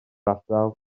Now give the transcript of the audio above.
ardal